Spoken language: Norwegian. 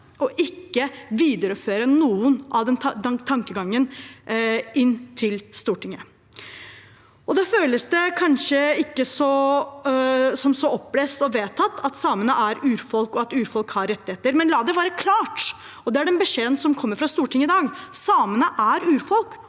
og ikke videreføre noe av den tankegangen inn til Stortinget. Det føles kanskje ikke som så opplest og vedtatt at samene er et urfolk, og at urfolk har rettigheter. Men la det være klart – og dette er den beskjeden som kommer fra Stortinget i dag: Samene er et urfolk,